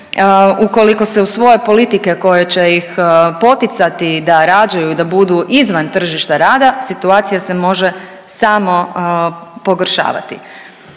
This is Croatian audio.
ukoliko se u svoje politike koje će ih poticati da rađaju da budu izvan tržišta rada, situacija se može samo pogoršavati.